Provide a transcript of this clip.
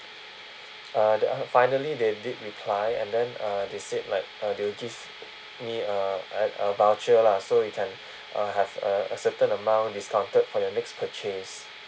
uh they finally they did reply and then uh they said like uh they will give me a uh a voucher lah so it can uh have a a certain amount discounted for your next purchase